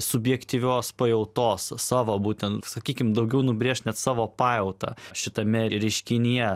subjektyvios pajautos savo būtent sakykim daugiau nubrėžt net savo pajautą šitame reiškinyje